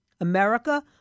America